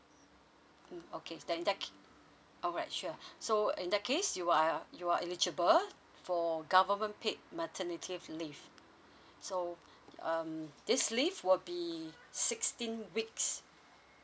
mm okay then that can alright sure so in that case you are you are eligible for government paid maternity leave so um this leave will be sixteen weeks